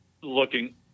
looking